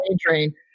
Train